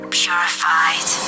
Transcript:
purified